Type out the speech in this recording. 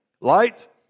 Light